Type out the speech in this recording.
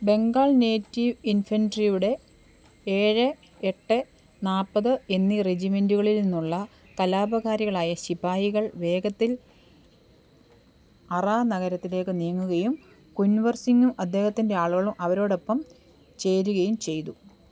Bengal native ഇൻഫൻട്രിയുടെ ഏഴ് എട്ട് നാൽപ്പത് എന്ന് ഈ റെജിമെൻ്റുകളിൽ നിന്നുള്ള കലാപകാരികളായ ശിപ്പായികള് വേഗത്തിൽ അറാ നഗരത്തിലേക്ക് നീങ്ങുകയും കുൻവർ സിങ്ങും അദ്ദേഹത്തിന്റെ ആളുകളും അവരോടൊപ്പം ചേരുകയും ചെയ്തു